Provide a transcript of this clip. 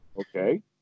okay